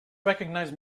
recognized